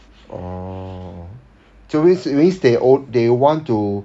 orh 就 means they own they want to